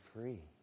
free